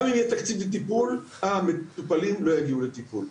גם אם יהיה תקציב לטיפול המטופלים לא יגיעו לטיפול.